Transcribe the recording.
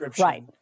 Right